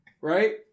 right